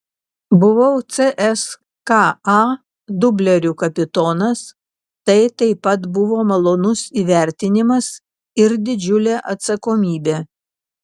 buvau cska dublerių kapitonas tai taip pat buvo malonus įvertinimas ir didžiulė atsakomybė